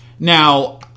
Now